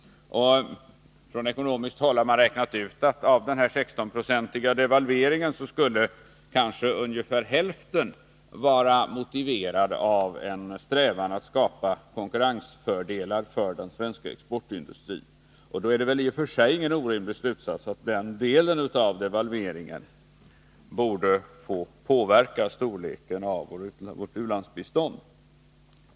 Från ekonomiskt håll har man räknat ut att av den sextonprocentiga devalveringen är kanske hälften motiverad av en strävan att skapa konkurrensfördelar för den svenska exportindustrin. Då är det väl i och för sig ingen orimlig slutsats att den delen av devalveringen borde få påverka storleken av vårt u-landsbistånd.